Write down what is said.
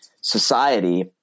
society